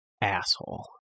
asshole